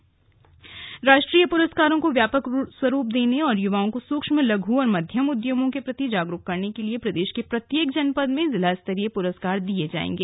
राष्ट्रीय पुरस्कार राष्ट्रीय पुरस्कारों को व्यापक स्वरूप प्रदान करने और युवाओं को सूक्ष्म लघु एवं मध्यम उद्यमों के प्रति जागरूक करने के लिए प्रदेश के प्रत्येक जनपद में जिला स्तरीय पुरस्कार प्रदान किये जायेंगे